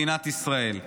מדינת ישראל,